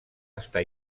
estar